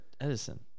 Edison